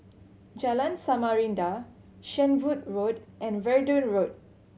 Jalan Samarinda Shenvood Road and Verdun Road